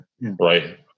Right